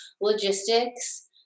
logistics